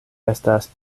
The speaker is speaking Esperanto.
estas